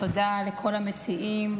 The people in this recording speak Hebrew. תודה לכל המציעים,